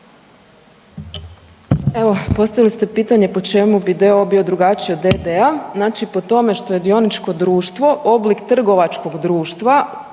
Evo, postavili ste pitanje po čemu bi d.o.o. bio drugačiji od d.d.-a. Znači, po tome što je dioničko društvo oblik trgovačkog društva kojem